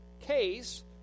case